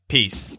Peace